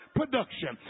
production